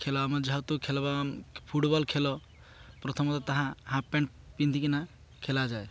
ଖେଳ ଆମ ଯେହେତୁ ଖେଳ ବା ଫୁଟବଲ୍ ଖେଳ ପ୍ରଥମତଃ ତାହା ହାଫ ପ୍ୟାଣ୍ଟ ପିନ୍ଧିକିନା ଖେଳାଯାଏ